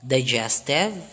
Digestive